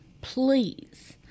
please